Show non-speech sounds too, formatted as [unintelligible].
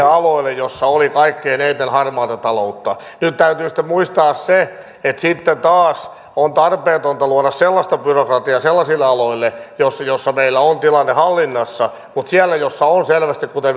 [unintelligible] aloille joissa oli kaikkein eniten harmaata taloutta nyt täytyy sitten muistaa se että sitten taas on tarpeetonta luoda sellaista byrokratiaa sellaisille aloille joissa joissa meillä on tilanne hallinnassa mutta siellä missä on selvästi harmaata taloutta kuten [unintelligible]